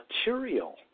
material